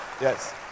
Yes